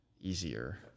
easier